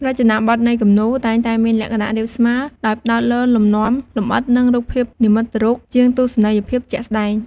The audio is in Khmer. រចនាបទនៃគំនូរតែងតែមានលក្ខណៈរាបស្មើដោយផ្តោតលើលំនាំលម្អិត និងរូបភាពនិមិត្តរូប ជាងទស្សនីយភាពជាក់ស្តែង។